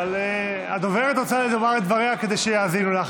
אבל הדוברת רוצה לומר את דבריה כדי שיאזינו לה.